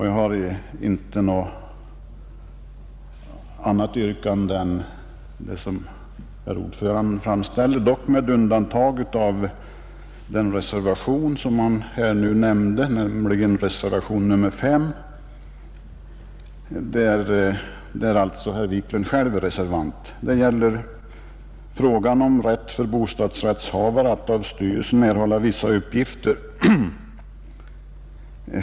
Jag har inte något annat yrkande än det som herr ordföranden framställde, dock med undantag för den reservation som han nu nämnde, nämligen reservationen 5, där alltså herr Wiklund i Stockholm själv är reservant. Reservationen gäller frågan om rätt för bostadsrättshavare att av styrelsen erhålla vissa uppgifter.